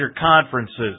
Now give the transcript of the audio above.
conferences